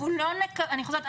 אני חוזרת,